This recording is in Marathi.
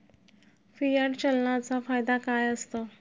फियाट चलनाचा फायदा काय असतो?